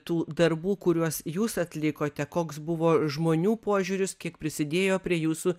tų darbų kuriuos jūs atlikote koks buvo žmonių požiūris kiek prisidėjo prie jūsų